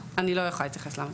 אני לא יכולה להתייחס למה זה קרה.